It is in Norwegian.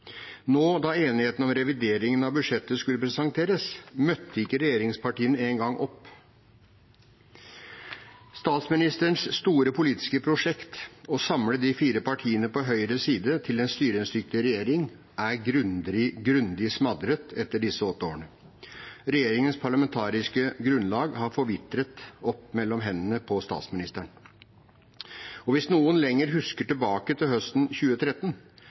Nå, da enigheten om revideringen av budsjettet skulle presenteres, møtte ikke regjeringspartiene engang opp. Statsministerens store politiske prosjekt, å samle de fire partiene på høyre side til en styringsdyktig regjering, er grundig smadret etter disse åtte årene. Regjeringens parlamentariske grunnlag har forvitret mellom hendene på statsministeren. Hvis noen lenger husker tilbake til høsten 2013,